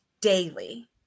Daily